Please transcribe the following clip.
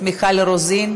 חברת הכנסת מיכל רוזין,